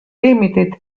limited